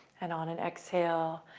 and on an exhale,